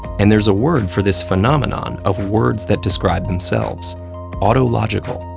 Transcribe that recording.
and there's a word for this phenomenon of words that describe themselves autological.